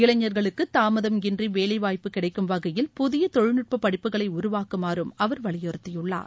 இளைஞர்களுக்கு தாமதம் இன்றி வேலைவாய்ப்பு கிடைக்கும் வகையில் புதிய தொழில் நுட்ப படிப்புகளை உருவாக்குமாறும் அவர் வலியுறுத்தியுள்ளார்